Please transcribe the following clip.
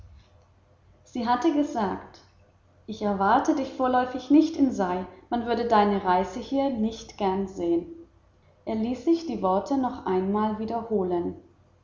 sie hatte gesagt ich erwarte dich vorläufig nicht in sei man würde deine reise hierher nicht gern sehen er ließ sich die worte noch einmal wiederholen